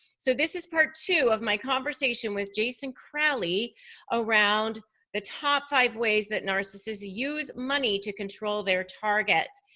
so this is part two of my conversation with jason crowley around the top five ways that narcissists use money to control their targets.